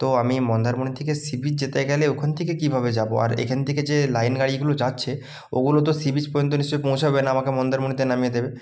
তো আমি মন্দারমণি থেকে সি বিচ যেতে গেলে ওখান থেকে কীভাবে যাবো আর এখান থেকে যে লাইন গাড়িগুলো যাচ্ছে ওগুলো তো সি বিচ পর্যন্ত নিশ্চয়ই পৌঁছবে না আমাকে মন্দারমণিতে নামিয়ে দেবে